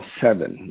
seven